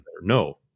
No